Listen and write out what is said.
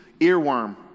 earworm